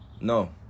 no